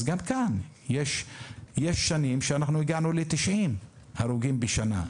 אז גם כאן יש שנים שהגענו ל-90 הרוגים בשנה,